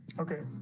okay,